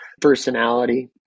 Personality